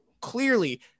clearly